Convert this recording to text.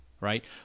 right